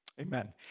Amen